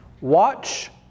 Watch